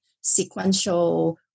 sequential